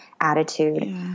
attitude